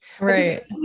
Right